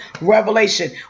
revelation